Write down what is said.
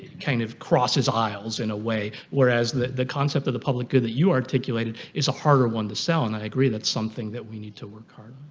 kind of crosses aisles in a way whereas the the concept of the public good that you articulated is a harder one to sell and i agree that's something that we need to work hard